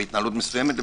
בהתנהלות מסוימת,